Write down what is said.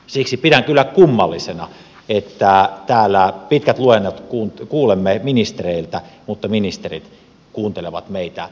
siksi pidän kyllä kummallisena että täällä pitkät luennot kuulemme ministereiltä mutta ministerit kuuntelevat meitä kovin kovin niukasti